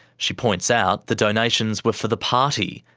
she points out the donations were for the party,